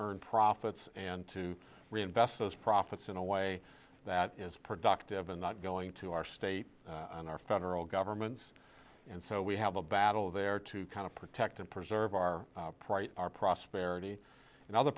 earn profits and to reinvest those profits in a way that is productive and not going to our state and our federal governments and so we have a battle there to kind of protect and preserve our pride our prosperity in other